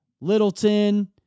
Littleton